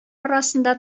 арасында